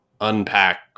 unpack